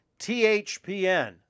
THPN